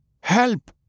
Help